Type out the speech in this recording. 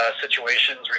situations